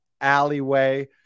alleyway